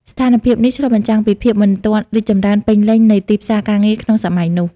ស្ថានភាពនេះឆ្លុះបញ្ចាំងពីភាពមិនទាន់រីកចម្រើនពេញលេញនៃទីផ្សារការងារក្នុងសម័យនោះ។